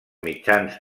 mitjans